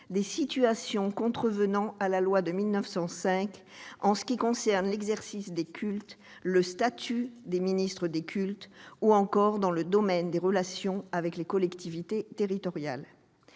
des situations contrevenant à la loi de 1905, en ce qui concerne l'exercice des cultes, le statut des ministres des cultes ou encore dans le domaine des relations avec les collectivités territoriales.